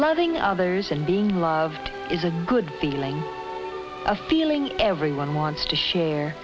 loving others and being loved is a good feeling a feeling everyone wants to share